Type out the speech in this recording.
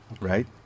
Right